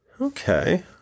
Okay